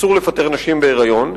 אסור לפטר נשים בהיריון.